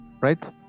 right